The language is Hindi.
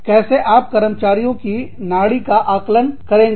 कैसे आप कर्मचारियों की नाड़ी का आकलन करेंगे